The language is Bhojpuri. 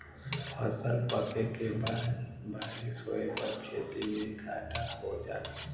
फसल पके के बाद बारिस होए पर खेती में घाटा हो जाला